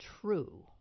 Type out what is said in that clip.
true